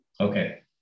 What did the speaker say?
Okay